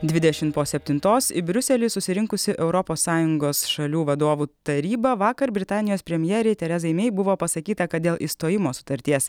dvidešim po septintos į briuselį susirinkusi europos sąjungos šalių vadovų taryba vakar britanijos premjerei terezai mei buvo pasakyta kad dėl išstojimo sutarties